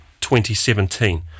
2017